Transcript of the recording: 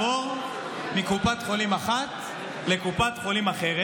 במקום לנצל את הזדמנות הפז שניתנה לכם,